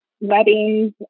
weddings